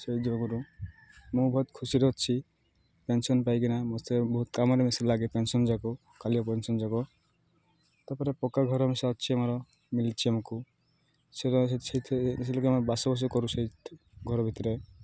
ସେଇ ଯୋଗୁଁରୁ ମୁଁ ବହୁତ ଖୁସିରେ ଅଛି ପେନ୍ସନ୍ ପାଇକିନା ମସ୍ତେ ବହୁତ କାମରେ ମିଶା ଲାଗେ ପେନ୍ସନ୍ ଯାକ କାଳିଆ ପେନ୍ସନ୍ ଯାକ ତାପରେ ପକ୍କା ଘର ମିଶା ଅଛି ଆମର ମିଲିଛି ଆମକୁ ସେ ସେଥିଲାଗି ଆମେ ବାସବାସ କରୁ ସେଇ ଘର ଭିତରେ